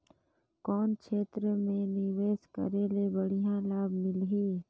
कौन क्षेत्र मे निवेश करे ले बढ़िया लाभ मिलही?